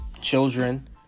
children